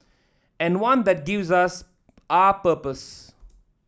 and one that gives us our purpose